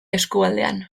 eskualdean